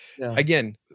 again